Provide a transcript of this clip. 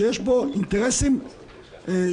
ואני אגיד לך מהו.